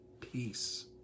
peace